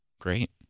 great